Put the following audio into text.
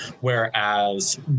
whereas